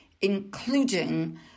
including